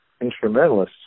instrumentalists